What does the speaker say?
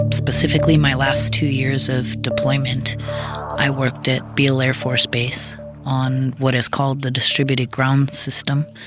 specifically my last two years of deployment i worked at beale air force base on what is called the distributed ground system.